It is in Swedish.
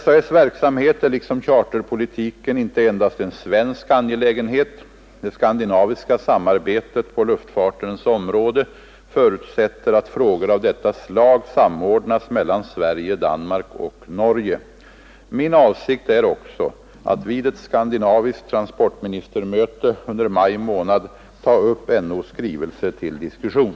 SAS: verksamhet är liksom charterpolitiken inte endast en svensk angelägenhet. Det skandinaviska samarbetet på luftfartens område förutsätter att frågor av detta slag samordnas mellan Sverige, Danmark och Norge. Min avsikt är också att vid ett skandinaviskt transportministermöte under maj månad ta upp NO:s skrivelse till diskussion.